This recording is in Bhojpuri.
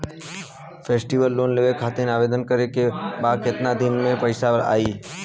फेस्टीवल लोन लेवे खातिर आवेदन करे क बाद केतना दिन म पइसा आई?